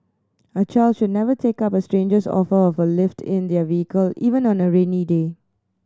a child should never take up a stranger's offer of a lift in their vehicle even on a rainy day